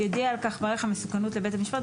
יודיע על כך מעריך המסוכנות לבית המשפט,